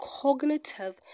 cognitive